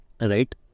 Right